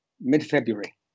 mid-February